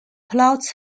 plots